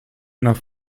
nach